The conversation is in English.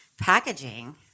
packaging